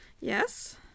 Yes